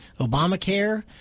Obamacare